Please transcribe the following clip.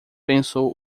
pensou